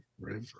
river